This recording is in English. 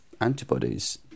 antibodies